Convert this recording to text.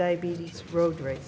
diabetes road race